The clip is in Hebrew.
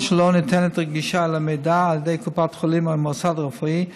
אם לא ניתנת גישה אל המידע על ידי קופת החולים או המוסד הרפואי,